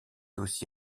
aussi